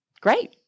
Great